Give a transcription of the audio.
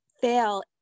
fail